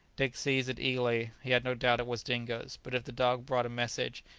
dick seized it eagerly he had no doubt it was dingo's but if the dog brought a message,